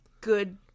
good